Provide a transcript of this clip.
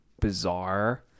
bizarre